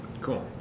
Cool